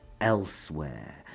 elsewhere